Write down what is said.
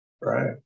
right